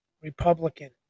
Republican